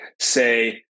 say